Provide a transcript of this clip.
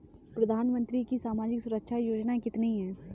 प्रधानमंत्री की सामाजिक सुरक्षा योजनाएँ कितनी हैं?